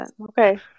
Okay